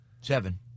Seven